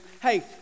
Hey